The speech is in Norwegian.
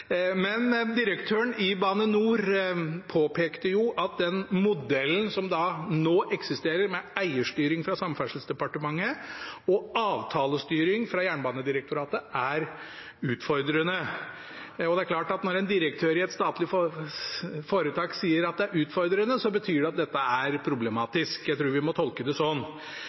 Direktøren i Bane NOR påpekte at den modellen som nå eksisterer, med eierstyring fra Samferdselsdepartementet og avtalestyring fra Jernbanedirektoratet, er utfordrende. Det er klart at når en direktør i et statlig foretak sier at det er utfordrende, betyr det at dette er problematisk – jeg tror vi må tolke det sånn.